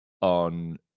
on